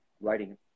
Writing